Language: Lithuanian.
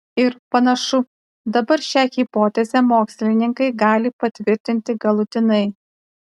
ir panašu dabar šią hipotezę mokslininkai gali patvirtinti galutinai